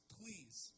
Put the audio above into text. please